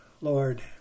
Lord